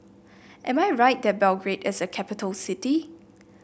am I right that Belgrade is a capital city